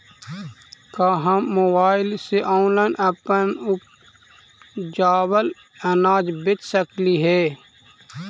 का हम मोबाईल से ऑनलाइन अपन उपजावल अनाज बेच सकली हे?